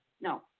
No